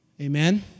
Amen